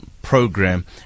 program